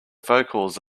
vocals